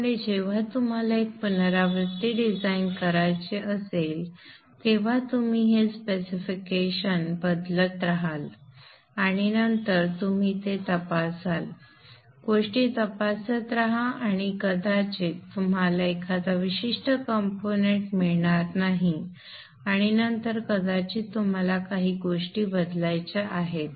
त्यामुळे जेव्हा तुम्हाला एक पुनरावृत्ती डिझाइन करायचे असेल तेव्हा तुम्ही ही स्पेसिफिकेशन बदलत राहाल आणि नंतर तुम्ही ते तपासाल गोष्टी तपासत राहा आणि कदाचित तुम्हाला एखादा विशिष्ट कंपोनेंट्स मिळणार नाही आणि नंतर कदाचित तुम्हाला काही गोष्टी बदलायच्या आहेत